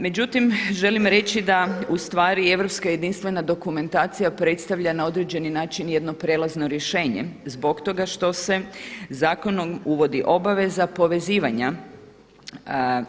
Međutim, želim reći da u stvari europska jedinstvena dokumentacija predstavlja na određeni način jedno prijelazno rješenje zbog toga što se zakonom uvodi obaveza povezivanja